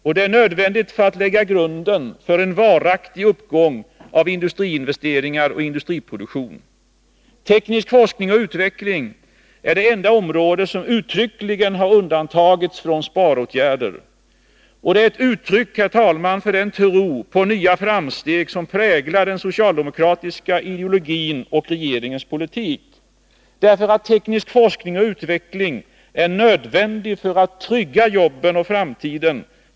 Detta är nödvändigt för att lägga grunden för en varaktig uppgång i industriinvesteringar och industriproduktion. Teknisk forskning och utveckling är det enda område som uttryckligen har undantagits från sparåtgärder. Det är ett uttryck för den tro på nya framsteg som präglar den socialdemokratiska ideologin och regeringens politik. Teknisk forskning och utveckling är nödvändig för att trygga jobben och framtiden.